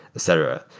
etc.